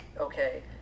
okay